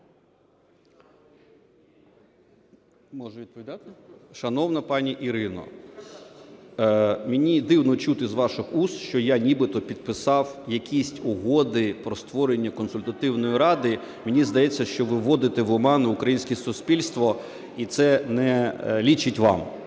Можна відповідати? Шановна пані Ірино, мені дивно чути з ваших уст, що я нібито підписав якісь угоди про створення консультативної ради. Мені здається, що ви вводите в оману українське суспільство, і це не личить вам.